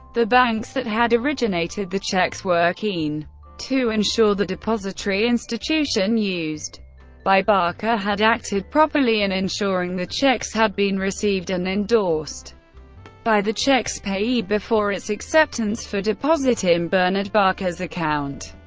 the banks that had originated the checks were keen to ensure the depository institution used by barker had acted properly in ensuring the checks had been received and endorsed by the check's payee, before its acceptance for deposit in bernard barker's account.